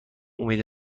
امید